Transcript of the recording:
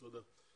תודה.